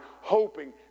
hoping